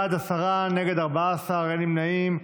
בעד, עשרה, נגד, 14, אין נמנעים.